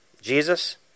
Jesus